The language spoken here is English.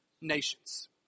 nations